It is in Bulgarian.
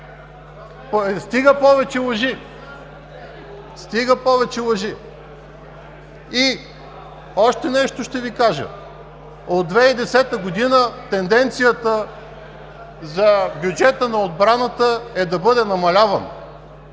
Стига повече лъжи! И още нещо ще Ви кажа: от 2010 г. тенденцията е бюджетът на отбраната да бъде намаляван.